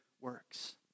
works